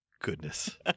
Goodness